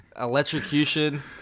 Electrocution